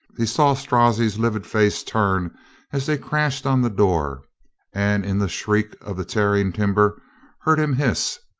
he saw strozzi's livid face turn as they crashed on the door and in the shriek of the tearing timber heard him hiss,